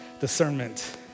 discernment